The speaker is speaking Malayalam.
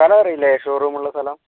സ്ഥലം അറിയില്ലേ ഷോറൂമുള്ള സ്ഥലം